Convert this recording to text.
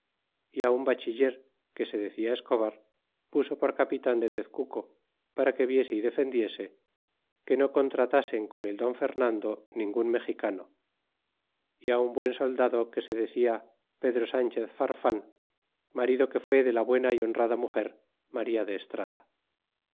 de qué que se decia escobar puso por capitan de tezcuco para que viese y defendiese que no contratasen con el don fernando ningun mexicano y un buen soldado que se decia pedro sanchez farfan marido que fué de la buena y honrada muger maría de estrada